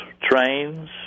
trains